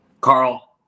carl